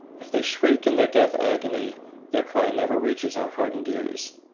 if they shriek in their death agony their cry never reaches our hardened ears.